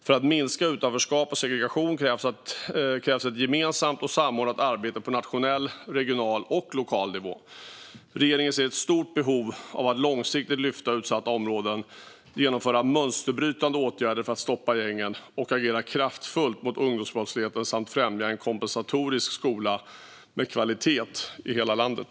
För att minska utanförskap och segregation krävs ett gemensamt och samordnat arbete på nationell, regional och lokal nivå. Regeringen ser ett stort behov av att långsiktigt lyfta utsatta områden, genomföra mönsterbrytande åtgärder för att stoppa gängen och agera kraftfullt mot ungdomsbrottsligheten samt främja en kompensatorisk skola med kvalitet i hela landet.